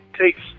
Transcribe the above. takes